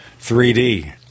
3D